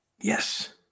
Yes